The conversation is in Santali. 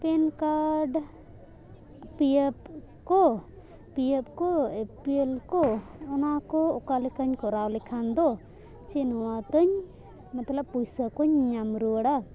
ᱯᱮᱱ ᱠᱟᱨᱰ ᱯᱤ ᱮᱯᱷ ᱠᱚ ᱯᱤ ᱮᱯᱷ ᱠᱚ ᱮᱯᱤ ᱮᱞ ᱠᱚ ᱚᱱᱟ ᱠᱚ ᱚᱠᱟ ᱞᱮᱠᱟᱧ ᱠᱚᱨᱟᱣ ᱞᱮᱠᱷᱟᱱ ᱫᱚ ᱡᱮ ᱱᱚᱣᱟ ᱛᱤᱧ ᱢᱚᱛᱞᱚᱵ ᱯᱚᱭᱥᱟ ᱠᱚᱧ ᱧᱟᱢ ᱨᱩᱣᱟᱹᱲᱟ